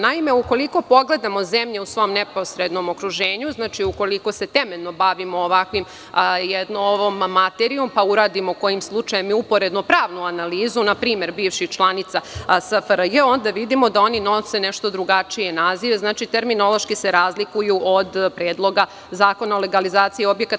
Naime, ukoliko pogledamo zemlje u svom neposrednom okruženju, znači, ukoliko se temeljno bavimo ovom materijom pa uradimo kojim slučajem i uporedno-pravnu analizu, na primer, bivših članica SFRJ, onda vidimo da oni nose nešto drugačije nazive, što znači da se terminološki razlikuju od Predloga zakona o legalizaciji objekata.